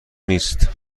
نیست